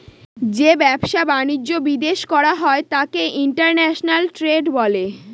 যে ব্যবসা বাণিজ্য বিদেশ করা হয় তাকে ইন্টারন্যাশনাল ট্রেড বলে